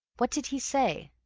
what did he say?